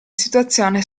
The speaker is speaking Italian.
situazione